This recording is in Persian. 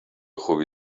خوبی